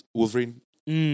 Wolverine